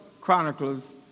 Chronicles